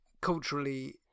culturally